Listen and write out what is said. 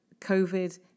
COVID